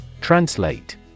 Translate